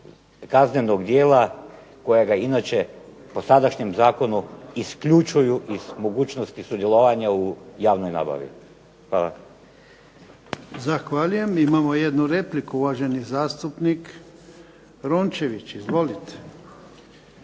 kaznenog djela koja ga inače po sadašnjem zakonu isključuju iz mogućnosti sudjelovanja u javnoj nabavi. Hvala. **Jarnjak, Ivan (HDZ)** Zahvaljujem. Imamo jednu repliku uvaženi zastupnik Rončević. Izvolite.